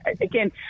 again